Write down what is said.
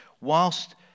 whilst